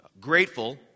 grateful